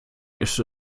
ist